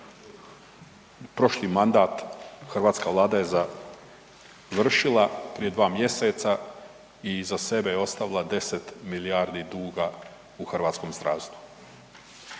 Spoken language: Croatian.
prošli mandat hrvatska Vlada je završila prije 2 mj., iza sebe je ostavila 10 milijardi duga u hrvatskom zdravstvu.